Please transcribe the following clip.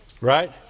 Right